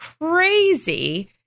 crazy